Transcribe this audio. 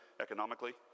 economically